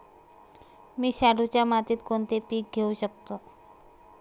मी शाडूच्या मातीत कोणते पीक घेवू शकतो?